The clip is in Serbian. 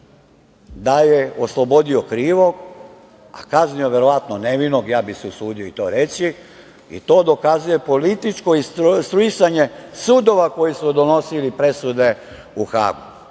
da je oslobodio krivog a kaznio verovatno nevinog, ja bih se usudio i to reći. To dokazuje političko instruisanje sudova koji su donosili presude u Hagu